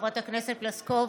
חברת הכנסת פלוסקוב,